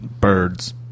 Birds